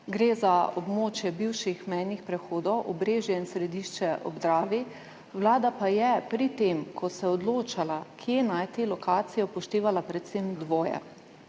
Gre za območje bivših mejnih prehodov Obrežje in Središče ob Dravi, Vlada pa je pri tem, ko se je odločala, kje najti lokacije, upoštevala predvsem dvoje.